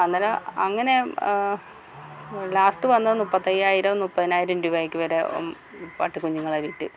അങ്ങനെ അങ്ങനെ ലാസ്റ്റ് വന്നത് മുപ്പത്തയ്യായിരം മുപ്പതിനായിരം രൂപയ്ക്ക് വരെ പട്ടികുഞ്ഞുങ്ങളെ വിറ്റു